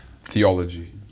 theology